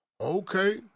okay